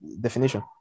definition